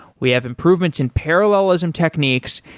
we have improvements in parallelism techniques.